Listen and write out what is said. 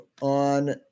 on